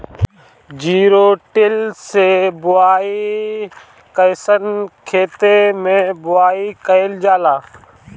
Zero till से बुआई कयिसन खेते मै बुआई कयिल जाला?